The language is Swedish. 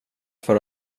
för